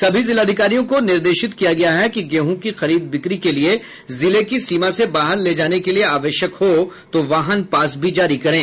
सभी जिलाधिकारियों को निर्देशित किया गया है कि गेहूं की खरीद बिक्री के लिये जिले की सीमा से बाहर ले जाने के लिये आवश्यक हो तो वाहन पास भी जारी करें